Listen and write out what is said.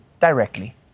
directly